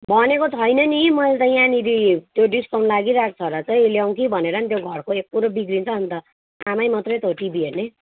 भनेको छैन नि मैले त यहाँनिर त्यो डिस्काउन्ट लागिरहेको छ र चाहिँ ल्याउँ कि भनेर नि त्यो घरको एकोहोरो बिग्रिन्छ अन्त आमा मात्रै त हो टिभी हेर्ने